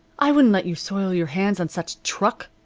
i wouldn't let you soil your hands on such truck.